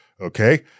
okay